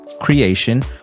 creation